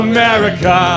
America